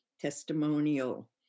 testimonial